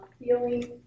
feeling